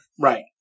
Right